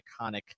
iconic